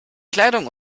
kleidung